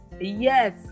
Yes